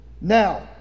Now